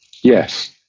yes